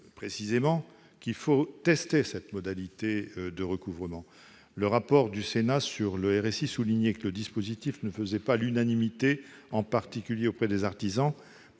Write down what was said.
précisément qu'il faut tester cette modalité de recouvrement. Le rapport du Sénat sur le RSI soulignait que ce dispositif ne faisait pas l'unanimité, en particulier auprès des artisans,